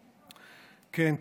כן.